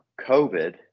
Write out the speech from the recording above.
COVID